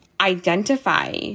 identify